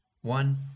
one